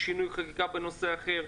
שינוי חקיקה בנושא אחר.